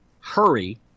Hurry